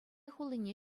хулине